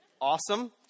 Awesome